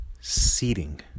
seating